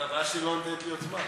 אבל הבעיה, שהיא לא נותנת לי עוד זמן.